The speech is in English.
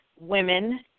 women